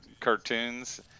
cartoons